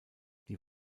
die